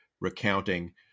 recounting